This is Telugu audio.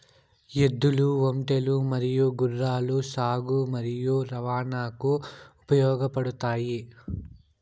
ఎద్దులు, ఒంటెలు మరియు గుర్రాలు సాగు మరియు రవాణాకు ఉపయోగపడుతాయి